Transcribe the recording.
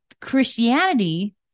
Christianity